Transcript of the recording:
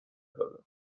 دادم